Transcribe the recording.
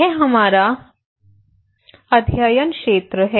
यह हमारा अध्ययन क्षेत्र है